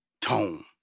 tone